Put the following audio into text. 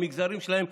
במגזרים שלהם,